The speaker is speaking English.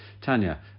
Tanya